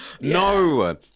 No